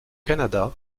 canada